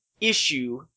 issue